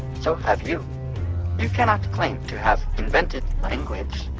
so have you. you cannot claim to have invented language.